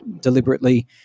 deliberately